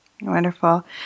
Wonderful